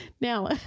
now